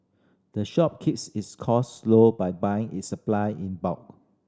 the shop keeps its cost low by buying its supply in bulk